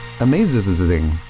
amazing